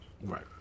Right